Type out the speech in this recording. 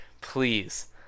please